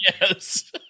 Yes